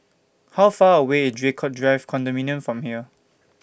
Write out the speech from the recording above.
How Far away IS Draycott Drive Condominium from here